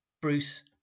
Bruce